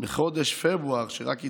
בחודש פברואר, שרק התחיל,